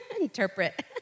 Interpret